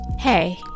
Hey